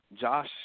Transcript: Josh